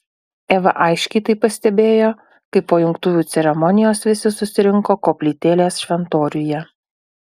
eva aiškiai tai pastebėjo kai po jungtuvių ceremonijos visi susirinko koplytėlės šventoriuje